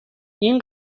این